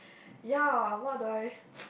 ya what do I